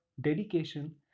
dedication